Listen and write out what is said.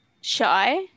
shy